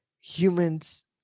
humans